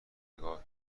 نگاه